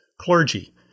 clergy